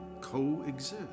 coexist